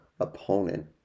opponent